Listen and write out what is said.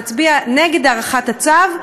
נצביע נגד הארכת הצו,